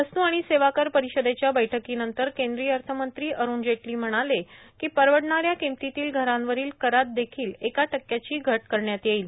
वस्त् आणि सेवा कर परिषदेच्या बैठकीनंतर केंद्रीय अर्थमंत्री अरूण जेटली म्हणाले की परवडणाऱ्या किमतीतील घरांवरील करात देखील एका टक्क्याची घट करण्यात येईल